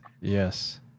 Yes